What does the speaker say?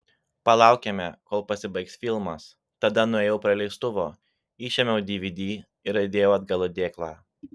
palaukėme kol pasibaigs filmas tada nuėjau prie leistuvo išėmiau dvd ir įdėjau atgal į dėklą